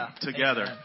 together